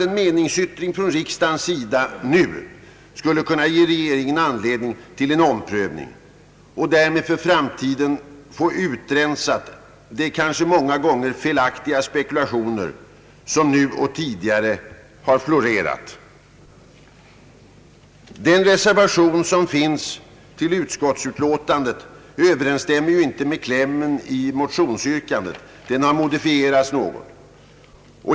En meningsyttring från riksdagens sida nu skulle kunna ge regeringen anledning till en omprövning. Därmed kanske vi för framtiden skulle kunna få en utrensning i de kanhända många gånger felaktiga spekulationer som nu och tidigare har florerat. Den reservation som finns till utskottsutlåtandet överensstämmer inte med yrkandet i motionen, utan har modifierats något.